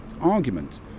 argument